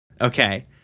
Okay